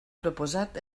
proposat